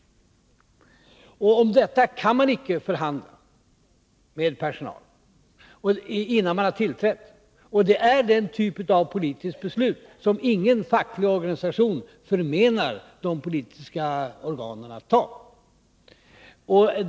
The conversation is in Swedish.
Om detta kan man icke förhandla med personalen, innan regeringen har tillträtt. Här är det fråga om den typ av politiskt beslut som ingen facklig organisation förmenar de politiska organen att fatta.